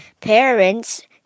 parents